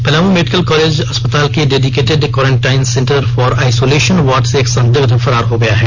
Palamu medical college अस्पताल के dedicated quarantine centre for isolation ward से एक संदिग्ध फरार हो गया है